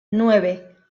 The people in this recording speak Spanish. nueve